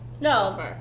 No